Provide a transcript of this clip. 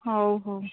ହଉ ହଉ